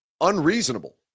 unreasonable